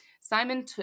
Simon